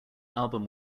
album